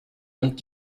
und